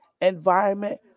environment